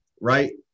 right